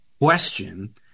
question